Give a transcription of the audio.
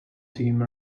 team